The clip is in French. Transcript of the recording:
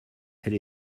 elle